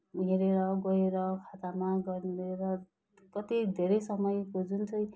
हेरेर गएर खातामा गनेर कति धेरै समयको जुन चाहिँ